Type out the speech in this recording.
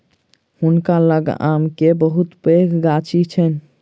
हुनका लग आम के बहुत पैघ गाछी छैन